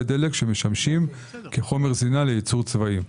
דלק שמשמשים כחומר זינה לייצור צבאי.